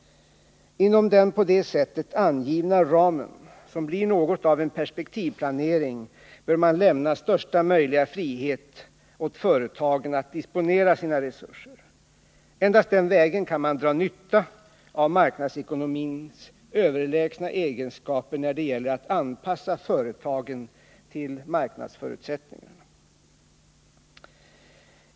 Inom den på det sättet angivna ramen, som blir något av en perspektivplanering, bör man lämna största möjliga frihet åt företagen att disponera sina resurser. Endast den vägen kan man dra nytta av marknadsekonomins överlägsna egenskaper när det gäller att anpassa företagen till marknadsförutsättningarna.